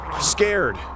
scared